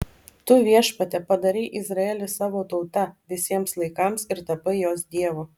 tu viešpatie padarei izraelį savo tauta visiems laikams ir tapai jos dievu